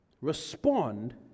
respond